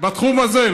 בתחום הזה,